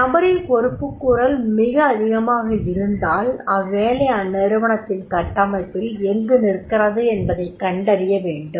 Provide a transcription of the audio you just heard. நபரின் பொறுப்புக்கூறல் மிக அதிகமாக இருந்தால் அவ்வேலை அந்நிறுவனத்தின் கட்டமைப்பில் எங்கு நிற்கிறது என்பதைக் கண்டறிய வேண்டும்